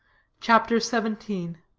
chapter xvii.